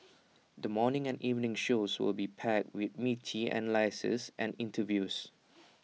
the morning and evening shows will be packed with meaty analyses and interviews